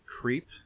creep